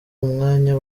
umwanya